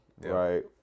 right